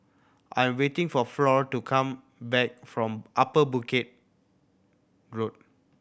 I'm waiting for Flor to come back from Upper Bedok Road